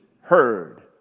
heard